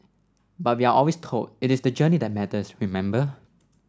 but we are always told it is the journey that matters remember